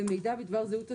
ומידע בדבר זהות הספק.